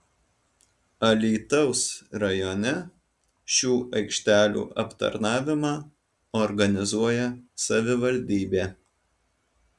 alytaus rajone šių aikštelių aptarnavimą organizuoja savivaldybė